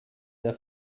der